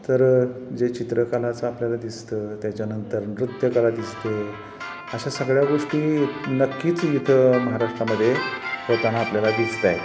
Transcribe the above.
तर जे चित्रकलाचं आपल्याला दिसतं त्याच्यानंतर नृत्यकला दिसतं अशा सगळ्या गोष्टी नक्कीच इथं महाराष्ट्रामध्ये होताना आपल्याला दिसतं आहे